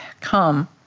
come